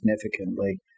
significantly